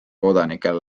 kodanikele